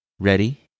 Ready